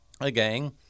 Again